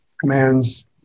commands